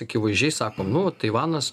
akivaizdžiai sako nu taivanas